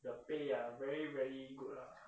the pay ah very very good lah